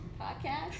podcast